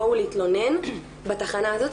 בואו להתלונן בתחנה הזאת,